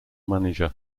manager